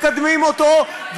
מקדמים אותו,